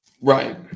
Right